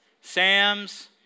Sam's